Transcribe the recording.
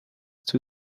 too